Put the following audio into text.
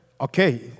Okay